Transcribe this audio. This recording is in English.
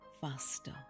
faster